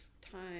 time